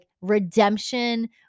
redemption